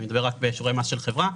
זה מתווה לשיעורי מס של חברה.